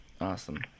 awesome